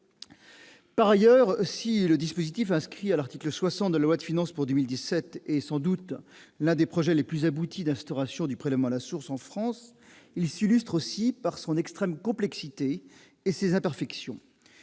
Par ailleurs, si le dispositif inscrit à l'article 60 de la loi de finances pour 2017 est sans doute l'un des projets les plus aboutis d'instauration du prélèvement à la source en France, il s'illustre aussi par son extrême complexité et ses imperfections.